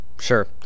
Sure